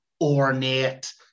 ornate